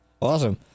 awesome